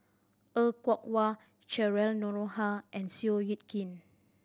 Er Kwong Wah Cheryl Noronha and Seow Yit Kin